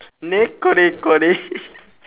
nico nico nii